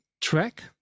track